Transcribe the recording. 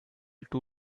too